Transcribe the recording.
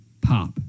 pop